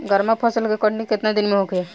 गर्मा फसल के कटनी केतना दिन में होखे?